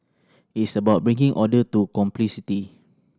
it's about bringing order to complexity